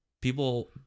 People